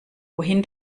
wohin